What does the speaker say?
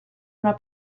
una